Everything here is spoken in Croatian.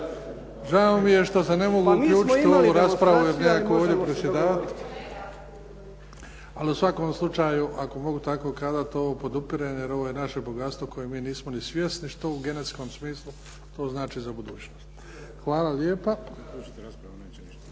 Žao mi je što se ne mogu uključiti u ovu raspravu jer nema tko ovdje predsjedavati, ali u svakom slučaju ako mogu tako kazati, ovo podupirem jer ovo je naše bogatstvo kojeg mi nismo ni svjesni, što u genetskom smislu to znači za budućnost. Hvala lijepa.